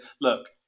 look